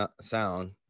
sound